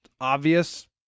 obvious